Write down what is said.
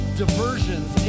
diversions